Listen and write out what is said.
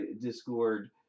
Discord